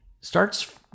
starts